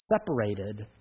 separated